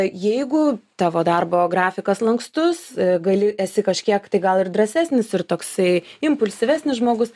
jeigu tavo darbo grafikas lankstus gali esi kažkiek tai gal ir drąsesnis ir toksai impulsyvesnis žmogus